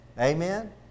amen